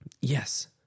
yes